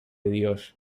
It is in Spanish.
dios